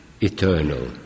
eternal